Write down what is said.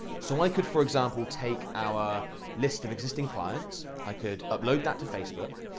so i could for example, take our list of existing clients. i could upload that to facebook,